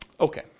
Okay